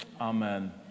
Amen